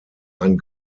ein